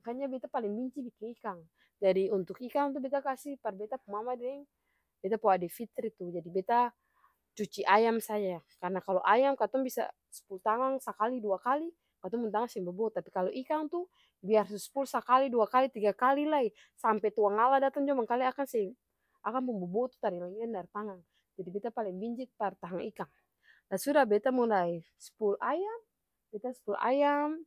makanya beta paleng binci biking ikang, jadi untuk ikang tuh beta kasi par beta pung mama deng beta pung ade fitri tuh jadi beta cuci ayam saja, karna ayam katong bisa spul tangang sakali dua kali katong pung tangan seng bobo, tapi kalu ikang tuh biar su spul sakali, dua kali, tiga kali lai sampe tuangalla datang lai jua mangkali akang seng akang pung bobo tuh tar ilang-ilang dari tangang, jadi beta paleng binci par tahang ikang, lah suda beta mulai spul ayam, beta spul ayam